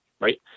right